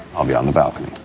i'll be on the balcony